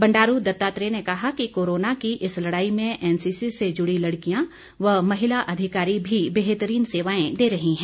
बंडारू दत्तात्रेय ने कहा कि कोरोना की इस लड़ाई में एनसीसी से जुड़ी लड़कियां व महिला अधिकारी भी बेहतरीन सेवाएं दे रही हैं